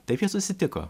taip jie susitiko